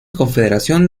confederación